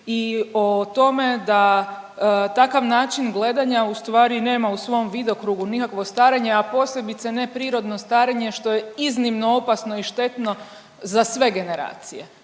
i o tome da takav način gledanja ustvari nema u svom vidokrugu nikakvo starenje, a posebice ne prirodno starenje što je iznimno opasno i štetno za sve generacije,